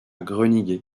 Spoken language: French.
groningue